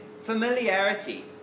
familiarity